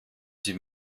die